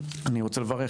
אני רוצה לברך